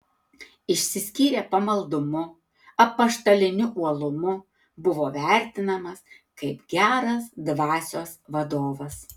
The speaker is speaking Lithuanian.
išsiskyrė pamaldumu apaštaliniu uolumu buvo vertinamas kaip geras dvasios vadovas